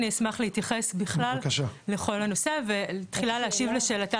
אשמח להתייחס בכלל לכל הנושא ותחילה להשיב לשאלתה